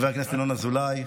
חבר הכנסת ינון אזולאי,